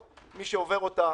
מי שפוטר או יצא לחל"ת,